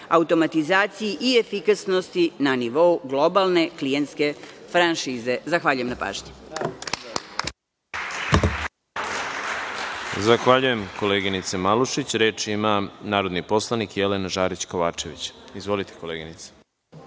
automatizaciji i efikasnosti na nivou globalne klijentske franšize. Zahvaljujem na pažnji.